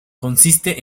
consiste